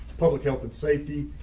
public health and safety,